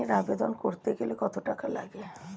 ঋণের আবেদন করতে গেলে কত টাকা লাগে?